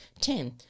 Ten